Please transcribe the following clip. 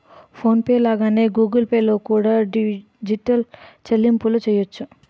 phone pay లాగానే Google Pay లో కూడా డిజిటల్ చెల్లింపులు చెయ్యొచ్చు